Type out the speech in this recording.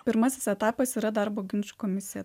pirmasis etapas yra darbo ginčų komisija